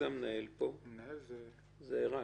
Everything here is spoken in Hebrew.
המנהל זה ערן.